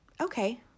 okay